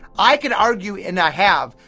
i can argue, and i have,